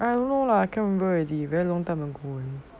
I don't know lah I cannot remember already very long time ago